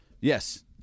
Yes